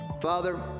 father